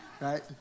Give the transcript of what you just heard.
Right